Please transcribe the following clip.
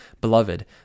Beloved